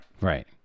Right